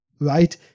right